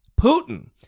Putin